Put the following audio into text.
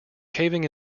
caving